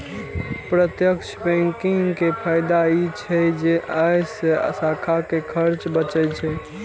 प्रत्यक्ष बैंकिंग के फायदा ई छै जे अय से शाखा के खर्च बचै छै